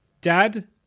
dad